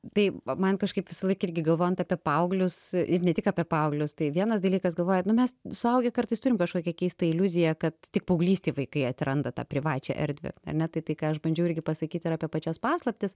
tai man kažkaip visąlaik irgi galvojant apie paauglius ir ne tik apie paauglius tai vienas dalykas galvoju nu mes suaugę kartais turim kažkokią keistą iliuziją kad tik paauglystėj vaikai atranda tą privačią erdvę ar ne tai tai ką aš bandžiau irgi pasakyt ir apie pačias paslaptis